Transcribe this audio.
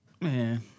Man